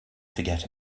forget